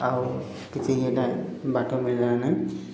ଆଉ କିଛି ହେଇଟା ବାଟ ମିଳିଲାନି